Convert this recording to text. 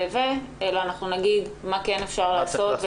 אלא אנחנו נגיד מה כן אפשר לעשות,